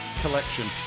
collection